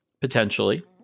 potentially